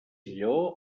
lleó